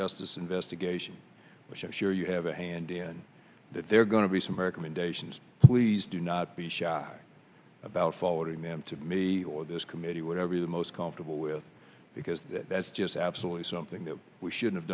justice investigation which i'm sure you have a hand in that they're going to be some american mandation please do not be shy about forwarding them to me or this committee whatever you the most comfortable with because that's just absolutely something that we should have